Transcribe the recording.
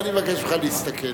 אני מבקש ממך להסתכל.